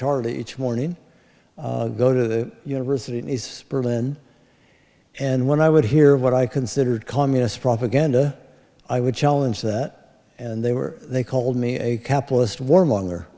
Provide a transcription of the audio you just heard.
charlie each morning go to the universities berlin and when i would hear what i considered communist propaganda i would challenge that and they were they called me a capitalist warmonger